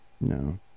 No